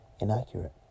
inaccurate